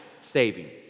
saving